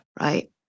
Right